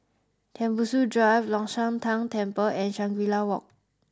Tembusu Drive Long Shan Tang Temple and Shangri La Walk